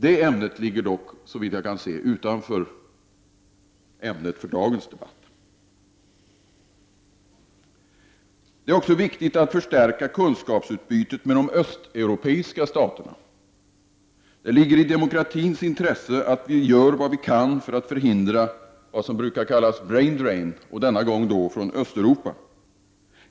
Det ämnet ligger dock, såvitt jag kan se, vid sidan om dagens debatt. Det är också viktigt att förstärka kunskapsutbytet med de östeuropeiska staterna. Det ligger i demokratins intresse att vi gör vad vi kan för att förhindra vad som brukar kallas ”brain-drain”, denna gång från Östeuropa.